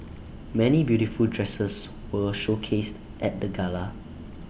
many beautiful dresses were showcased at the gala